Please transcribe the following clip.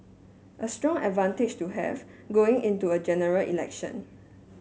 a strong advantage to have going into a General Election